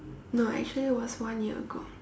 no actually it was one year ago